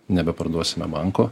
nebeparduosime banko